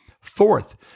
Fourth